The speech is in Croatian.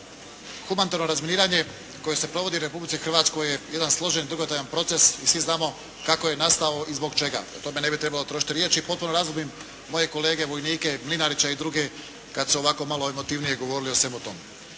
Humanitarno razminiranje koje se provodi u Republici Hrvatskoj je jedan složen dugotrajan proces i svi znamo kako je nastao i zbog čega. O tome ne bi trebalo trošiti riječi i potpuno razumijem moje kolege vojnike Mlinarića i druge kad su ovako malo emotivnije govorili o svemu tome.